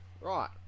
Right